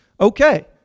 Okay